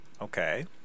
Okay